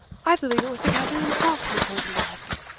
i believe it was the captain himself who poisoned her husband!